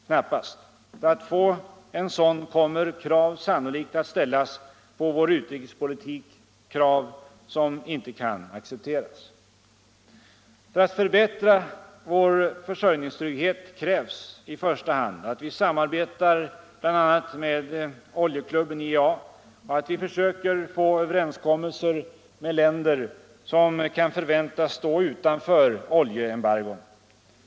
Knappast — för att få en sådan kommer krav sannolikt att ställas på vår utrikespolitik, krav som inte kan accepteras. För att förbättra vår försörjningstrygghet krävs i första hand att vi samarbetar bl.a. med oljeklubben IEA och att vi försöker få överenskommelser med länder som kan förväntas stå utanför oljeembargon.